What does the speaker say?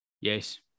yes